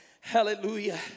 Hallelujah